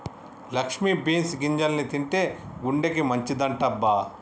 Lakshmi beans గింజల్ని తింటే గుండెకి మంచిదంటబ్బ